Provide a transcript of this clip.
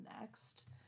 next